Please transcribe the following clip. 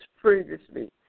previously